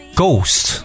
Ghost